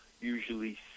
usually